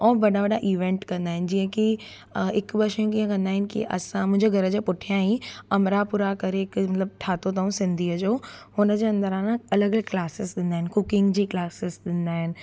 ऐं वॾा वॾा ईवेंट कंदा आहिनि जीअं की हिकु ॿ शयूं कीअं कंदा आहिनि की असां मुंहिंजे घर जे पुठियां ई अमरापुरा करे हिकु मतिलबु ठाहियो अथऊं सिंधीअ जो हुन जे अंदरि आहे न अलॻि अलॻि क्लासेस ॾींदा आहिनि कुकिंग जी क्लासेस ॾींदा आहिनि